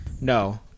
No